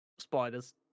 spiders